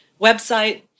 website